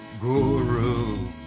Guru